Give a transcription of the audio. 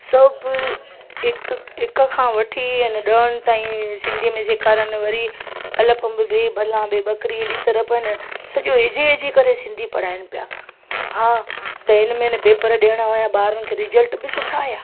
सभु हिकु हिक खां वठी आने ॾहनि ताईं सिंधीअ में सेखारनि ऐं वरी अलफ़ अंब बे बला ॿे ॿकिड़ी अहिड़ी तरह पन सॼो ईजी ईजी करे सिंधी पढ़ाइनि पिया हा त इन में ए न पेपर ॾियणा हुया ॿारनि खे रिजल्ट बि सुठा आया